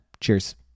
Cheers